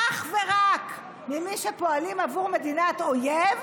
אך ורק ממי שפועלים עבור מדינת אויב,